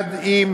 יחד עם